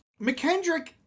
McKendrick